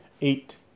eight